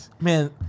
Man